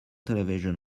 television